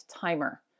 timer